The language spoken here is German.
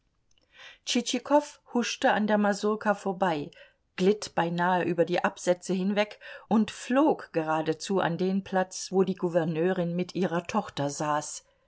huschte an der mazurka vorbei glitt beinahe über die absätze hinweg und flog geradezu an den platz wo die gouverneurin mit ihrer tochter saß